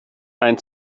ein